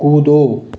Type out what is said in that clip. कूदो